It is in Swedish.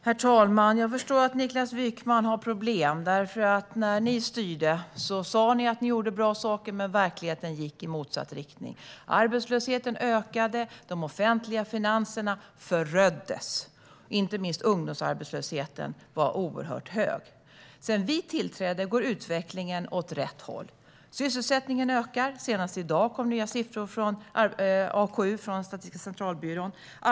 Herr talman! Jag förstår att du har problem, Niklas Wykman, för när ni styrde sa ni att ni gjorde bra saker, men verkligheten gick i motsatt riktning. Arbetslösheten ökade, och de offentliga finanserna föröddes. Inte minst ungdomsarbetslösheten var oerhört hög. Sedan vi tillträdde går utvecklingen åt rätt håll. Sysselsättningen ökar; senast i dag kom nya siffror från Statistiska centralbyråns AKU.